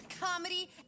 comedy